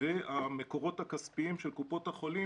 ומקורות כספיים של קופות החולים,